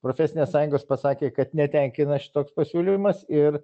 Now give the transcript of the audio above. profesinės sąjungos pasakė kad netenkina šitoks pasiūlymas ir